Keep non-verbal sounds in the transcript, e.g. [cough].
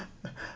[laughs]